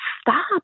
stop